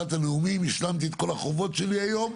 השלמתי את כל החובות שלי היום,